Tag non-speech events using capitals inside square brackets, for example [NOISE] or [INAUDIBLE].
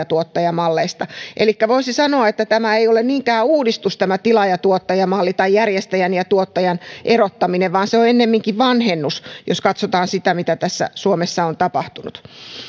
[UNINTELLIGIBLE] tuottaja malleista elikkä voisi sanoa että tämä ei ole niinkään uudistus tämä tilaaja tuottaja malli tai järjestäjän ja tuottajan erottaminen vaan se on ennemminkin vanhennus jos katsotaan sitä mitä suomessa on tapahtunut